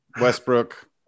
Westbrook